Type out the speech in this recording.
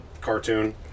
cartoon